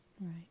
Right